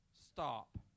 stop